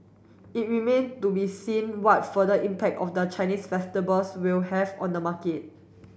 it remain to be seen what further impact of the Chinese festivals will have on the market